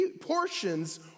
portions